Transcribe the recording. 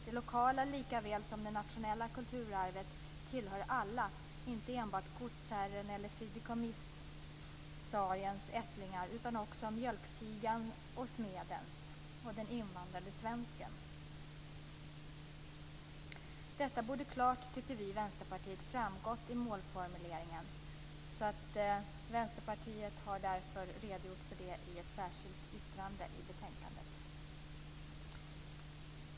Det lokala likaväl som det nationella kulturarvet tillhör alla, inte enbart godsherrens eller fideikommissariens ättlingar utan också mjölkpigans, smedens och den invandrade svenskens. Vi i Vänsterpartiet tycker att detta borde ha klart framgått i målformuleringen. Vänsterpartiet har därför redogjort för det i ett särskilt yttrande i betänkandet.